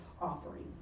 offering